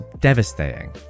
devastating